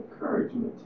encouragement